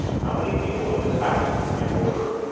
how many people in this house, miss van gorder?